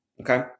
Okay